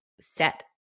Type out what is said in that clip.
set